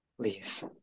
please